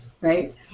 right